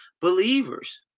believers